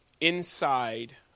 inside